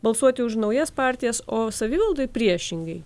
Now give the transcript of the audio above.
balsuoti už naujas partijas o savivaldoj priešingai